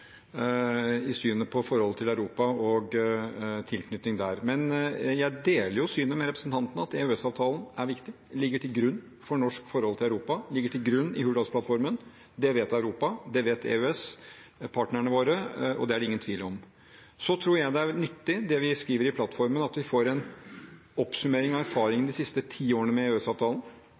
i synet på forholdet til Europa og tilknytning der. Men jeg deler synet til representanten om at EØS-avtalen er viktig; den ligger til grunn for Norges forhold til Europa, og den ligger til grunn i Hurdalsplattformen. Det vet Europa, det vet EØS-partnerne våre, og det er det ingen tvil om. Så tror jeg det er nyttig – som vi skriver i plattformen – at vi får en oppsummering av erfaringene fra de siste ti årene med